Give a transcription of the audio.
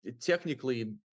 technically